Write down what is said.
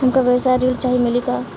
हमका व्यवसाय ऋण चाही मिली का?